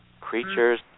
creatures